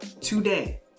today